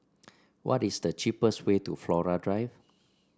what is the cheapest way to Flora Drive